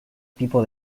tipo